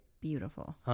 beautiful